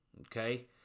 okay